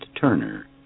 Turner